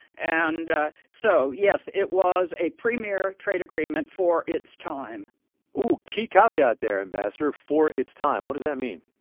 and so, yes, it was a premier trade agreement for its time ooh, key caveat there, ambassador for its time what does that mean?